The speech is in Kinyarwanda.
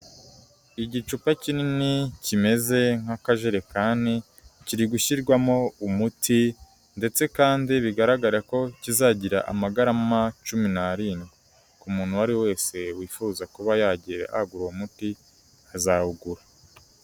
Igicupa kinini kimeze nk'akajerekani, kiri gushyirwamo umuti ndetse kandi bigaragara ko kizagira amagarama cumi n'arindwi, umuntu uwo ari wese wifuza kuba yagura uwo umuti azawugura.